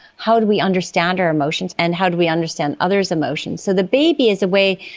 how do we understand our emotions and how do we understand others' emotions. so the baby is a way,